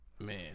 Man